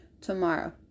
tomorrow